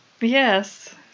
Yes